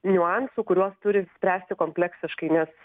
niuansų kuriuos turim spręsti kompleksiškai nes